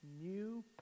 new